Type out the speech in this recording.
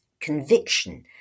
conviction